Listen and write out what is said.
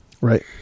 Right